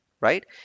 right